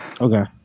okay